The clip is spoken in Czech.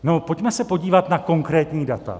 No pojďme se podívat na konkrétní data.